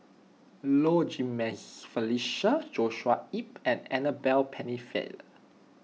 Low Jimenez Felicia Joshua Ip and Annabel Pennefather